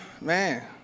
man